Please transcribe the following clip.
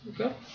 Okay